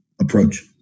approach